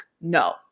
no